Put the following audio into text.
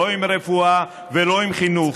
לא עם רפואה ולא עם חינוך.